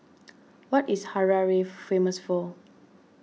what is Harare famous for